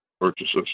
Purchases